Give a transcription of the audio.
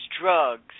drugs